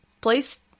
place